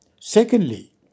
Secondly